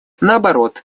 наоборот